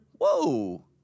whoa